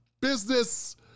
business